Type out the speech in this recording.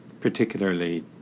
particularly